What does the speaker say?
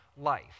life